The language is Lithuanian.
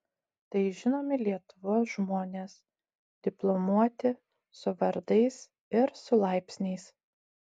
tai žinomi lietuvos žmonės diplomuoti su vardais ir su laipsniais